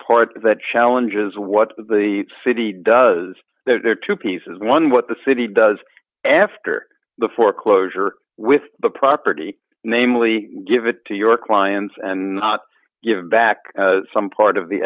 part that challenges what the city does there are two pieces one what the city does after the foreclosure with the property namely give it to your clients and not give back some part of the